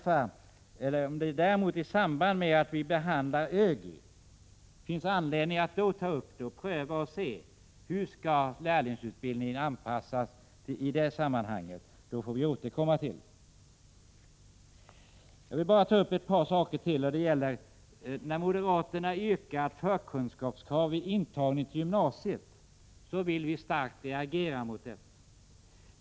Om det däremot i samband med att riksdagen behandlar ÖGY finns anledning att pröva frågan och se hur lärlingsutbildningen skall anpassas i det sammanhanget, får vi återkomma till det. Moderaterna har ett yrkande om förkunskapskrav vid intagning till gymnasiet, och vi vill starkt reagera mot detta.